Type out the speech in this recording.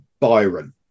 Byron